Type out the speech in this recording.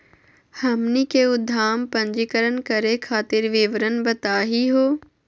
हमनी के उद्यम पंजीकरण करे खातीर विवरण बताही हो?